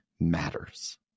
matters